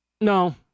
No